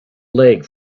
leg